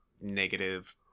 negative